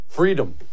Freedom